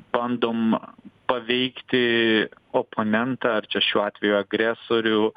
bandom paveikti oponentą ar čia šiuo atveju agresorių